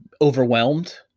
overwhelmed